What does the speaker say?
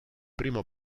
primo